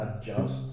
adjust